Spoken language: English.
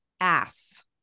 ass